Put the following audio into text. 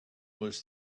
was